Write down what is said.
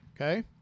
okay